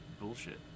bullshit